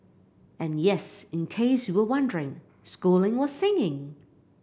and yes in case you were wondering schooling was singing